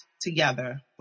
together